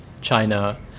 China